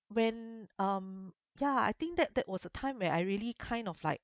when um ya I think that that was a time when I really kind of like